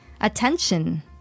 Attention